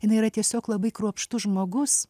jinai yra tiesiog labai kruopštus žmogus